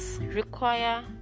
require